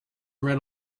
read